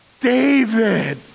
David